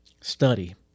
study